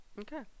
Okay